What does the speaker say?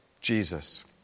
Jesus